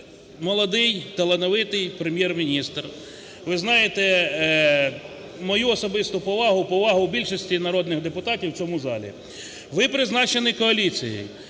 молодий талановитий Прем'єр-міністр. Ви знаєте мою особисту повагу, повагу більшості народних депутатів в цьому залі. Ви призначені коаліцією